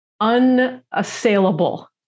unassailable